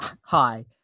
Hi